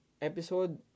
episode